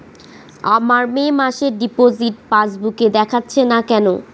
আমার মে মাসের ডিপোজিট পাসবুকে দেখাচ্ছে না কেন?